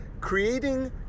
creating